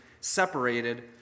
separated